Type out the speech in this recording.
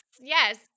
yes